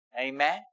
Amen